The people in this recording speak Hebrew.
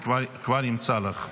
אני כבר אמצא לך.